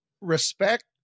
respect